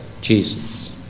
Jesus